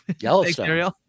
yellowstone